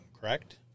correct